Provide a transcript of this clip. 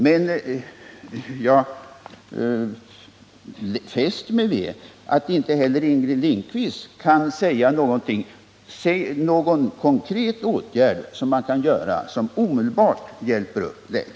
Jag fäste mig vid att inte heller Inger Lindquist kan säga någon konkret åtgärd som man kan vidta och som omedelbart hjälper upp läget.